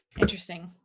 interesting